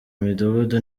midugudu